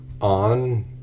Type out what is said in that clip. on